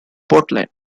portland